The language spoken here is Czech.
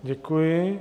Děkuji.